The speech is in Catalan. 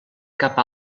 cap